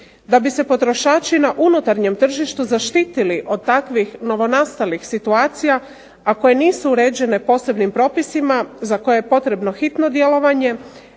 Da bi se potrošači na unutarnjem tržištu zaštitili od takvih novonastalih situacija, a koje nisu uređene posebnim propisima za koje je potrebno hitno djelovanje,